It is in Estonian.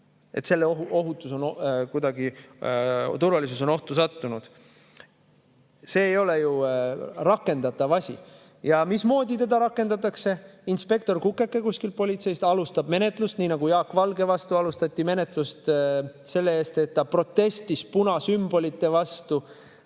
turvalisus on kuidagi abstraktselt ohtu sattunud. See ei ole ju rakendatav asi. Mismoodi seda rakendatakse? Inspektor Kukeke kuskil politseis alustab menetlust, nii nagu Jaak Valge vastu alustati menetlust selle eest, et ta protestis punasümbolite vastu,